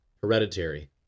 hereditary